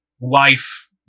life